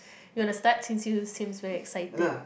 you want to start since you seems very excited